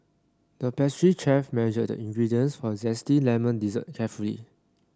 the pastry chef measured ingredients for a zesty lemon dessert carefully